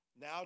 Now